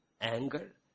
anger